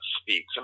speaks